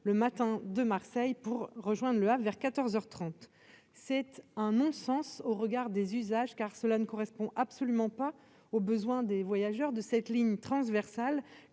le matin de Marseille pour rejoindre le à vers 14 heures 30 sept un non-sens au regard des usages, car cela ne correspond absolument pas aux besoins des voyageurs de cette ligne transversale